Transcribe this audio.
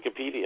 Wikipedia